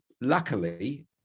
luckily